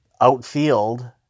outfield